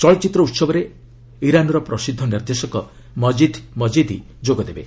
ଚଳଚ୍ଚିତ୍ର ଉତ୍ସବରେ ଇରାନ୍ର ପ୍ରସିଦ୍ଧ ନିର୍ଦ୍ଦେଶକ ମଜିଦ୍ ମଜିଦି ଯୋଗଦେବେ